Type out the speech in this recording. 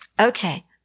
Okay